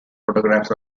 photographs